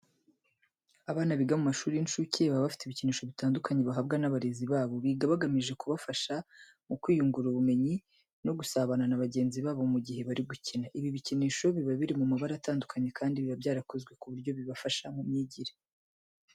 Abana biga mu mashuri y'incuke baba bafite ibikinisho bitandukanye bahabwa n'abarezi babo, biba bigamije kubafasha mu kwiyungura ubwege no gusabana na bagenzi babo mu gihe bari gukina. Ibi bikinisho biba biri mu mabara atandukanye kandi biba byarakozwe ku buryo bibafasha mu myigire.